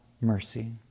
mercy